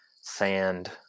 sand